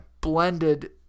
Blended